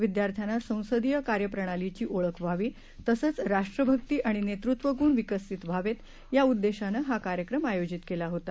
विद्यार्थ्यांना संसदीय कार्यप्रणालीची ओळख व्हावी तसंच राष्ट्रभक्ती आणि नेतृत्वगुण विकसित व्हावेत या उद्देशानं हा कार्यक्रम आयोजित केला होता